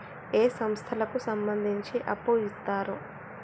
ఏ సంస్థలకు సంబంధించి అప్పు ఇత్తరు?